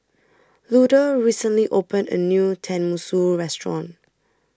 Luther recently opened A New Tenmusu Restaurant